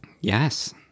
Yes